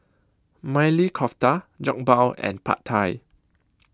Maili Kofta Jokbal and Pad Thai